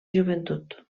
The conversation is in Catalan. joventut